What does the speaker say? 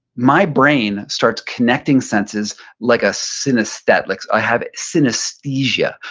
my brain starts connecting senses like a synesthetics, i had synesthesia.